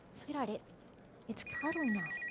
sweetheart, it it's cuddle night.